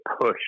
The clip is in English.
push